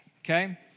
okay